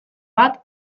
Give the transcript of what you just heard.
bat